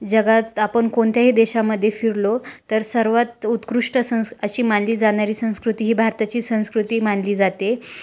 जगात आपण कोणत्याही देशामध्ये फिरलो तर सर्वात उत्कृष्ट संस् अशी मानली जाणारी संस्कृती ही भारताची संस्कृती मानली जाते